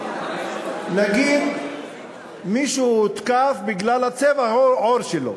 נגיד שמישהו הותקף בגלל צבע העור שלו